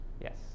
Yes